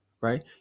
right